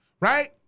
Right